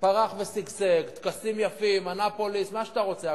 פרח ושגשג, טקסים יפים, אנאפוליס, מה שאתה רוצה.